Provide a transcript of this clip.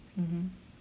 mmhmm